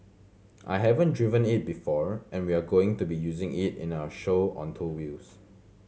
I haven't driven it before and we're going to be using it in our show on two wheels